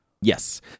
Yes